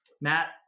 Matt